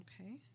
Okay